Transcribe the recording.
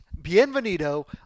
Bienvenido